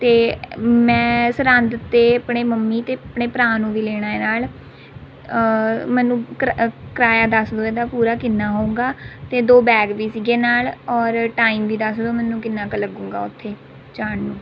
ਅਤੇ ਮੈਂ ਸਰਹੰਦ ਤੋਂ ਆਪਣੇ ਮੰਮੀ ਅਤੇ ਆਪਣੇ ਭਰਾ ਨੂੰ ਵੀ ਲੈਣਾ ਹੈ ਨਾਲ਼ ਮੈਨੂੰ ਕਰਾਇਆ ਦੱਸ ਦਿਉ ਇਹਦਾ ਪੂਰਾ ਕਿੰਨਾ ਹੋਊਗਾ ਅਤੇ ਦੋ ਬੈਗ ਵੀ ਸੀ ਨਾਲ਼ ਔਰ ਟਾਈਮ ਵੀ ਦੱਸ ਦਿਉ ਮੈਨੂੰ ਕਿੰਨਾ ਕੁ ਲੱਗੂਗਾ ਉੱਥੇ ਜਾਣ ਨੂੰ